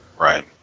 Right